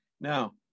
Now